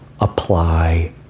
apply